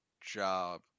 job